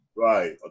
Right